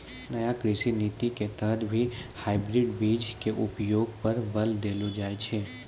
नया कृषि नीति के तहत भी हाइब्रिड बीज के उपयोग पर बल देलो जाय छै